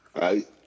Right